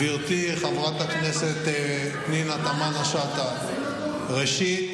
גברתי חברת הכנסת פנינה תמנו שטה, ראשית,